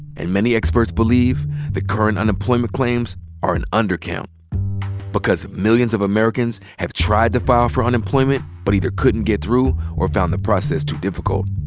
and many experts believe the current unemployment claims are an undercount because millions of americans have tried to file for unemployment but either couldn't get through or found the process too difficult.